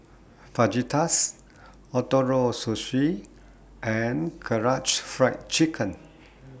Fajitas Ootoro Sushi and Karaage Fried Chicken